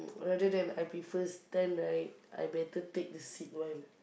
rather than I prefer stand right I better take the seat one